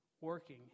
working